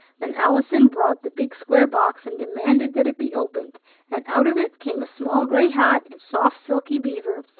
then allison brought the big square box, and demanded that it be opened and out of it came a small gray hat in soft silky beaver,